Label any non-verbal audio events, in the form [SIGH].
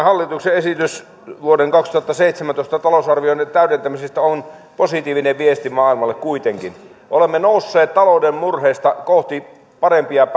[UNINTELLIGIBLE] hallituksen esitys vuoden kaksituhattaseitsemäntoista talousarvion täydentämisestä on positiivinen viesti maailmalle kuitenkin olemme nousseet talouden murheesta kohti parempia [UNINTELLIGIBLE]